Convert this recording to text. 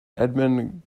edmund